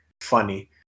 funny